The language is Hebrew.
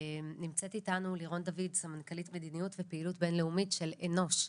נמצאת איתנו לירון דוד סמנכ"לית מדיניות ופעילות בינלאומית של "אנוש".